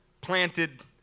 planted